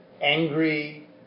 angry